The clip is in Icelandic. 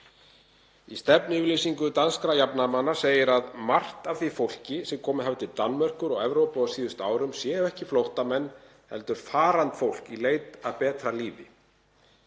Í stefnuyfirlýsingu danskra jafnaðarmanna segir að margt af því fólki sem komið hafi til Danmerkur og Evrópu á síðustu árum sé ekki flóttamenn heldur farandfólk í leit að betra lífi.